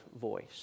voice